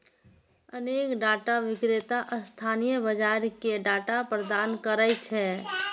अनेक डाटा विक्रेता स्थानीय बाजार कें डाटा प्रदान करै छै